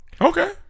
Okay